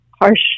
harsh